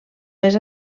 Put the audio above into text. més